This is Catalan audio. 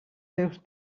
teus